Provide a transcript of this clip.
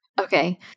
Okay